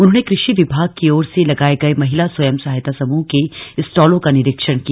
उन्होंने कृषि विभाग की ओर से लगाए गए महिला स्वयं सहायता समूह के स्टालों का निरीक्षण किया